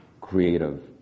creative